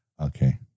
Okay